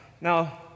Now